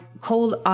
cold